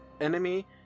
enemy